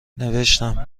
نوشتم